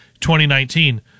2019